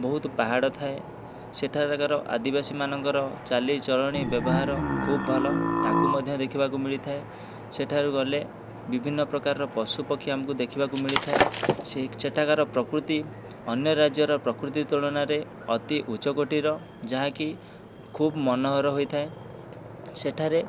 ବହୁତ ପାହାଡ଼ ଥାଏ ସେଠାକାର ଆଦିବାସୀ ମାନଙ୍କର ଚାଲି ଚଳଣି ବ୍ୟବହାର ଖୁବ୍ ଭଲ ତାକୁ ମଧ୍ୟ ଦେଖିବାକୁ ମିଳିଥାଏ ସେଠାକୁ ଗଲେ ବିଭିନ୍ନ ପ୍ରକାର ପଶୁପକ୍ଷୀ ଆମକୁ ଦେଖିବାକୁ ମିଳିଥାଏ ସେଠାକାର ପ୍ରକୃତି ଅନ୍ୟ ରାଜ୍ୟର ପ୍ରକୃତି ତୁଳନାରେ ଅତି ଉଚ୍ଚ କୋଟିର ଯାହାକି ଖୁବ୍ ମନୋହର ହୋଇଥାଏ ସେଠାରେ